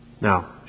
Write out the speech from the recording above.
Now